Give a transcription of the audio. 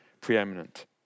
preeminent